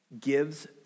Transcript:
gives